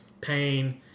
pain